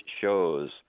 shows